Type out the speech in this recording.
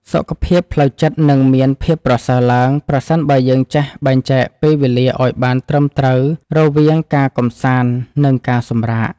សុខភាពផ្លូវចិត្តនឹងមានភាពប្រសើរឡើងប្រសិនបើយើងចេះបែងចែកពេលវេលាឱ្យបានត្រឹមត្រូវរវាងការកម្សាន្តនិងការសម្រាក។